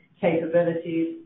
capabilities